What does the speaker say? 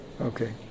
Okay